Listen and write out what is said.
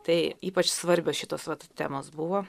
tai ypač svarbios šitos vat temos buvo